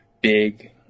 big